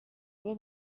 abo